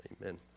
Amen